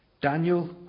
Daniel